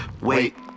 Wait